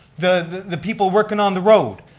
the the people working on the road,